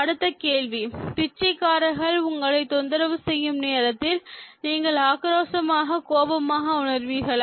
அடுத்த கேள்வி பிச்சைக்காரர்கள் உங்களை தொந்தரவு செய்யும் நேரத்தில் நீங்கள் ஆக்ரோஷமாக கோபமாக உணர்வீர்களா